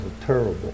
terrible